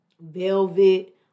velvet